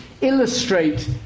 illustrate